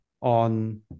on